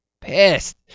pissed